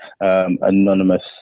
anonymous